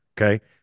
Okay